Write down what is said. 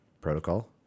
protocol